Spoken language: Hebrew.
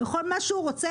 הוא יכול מה שהוא רוצה,